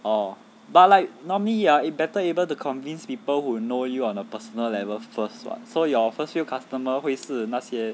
oh but like normally ya you better able to convince people who know you on a personal level first [what] so your first few customer 会是那些